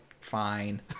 fine